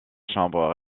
chambre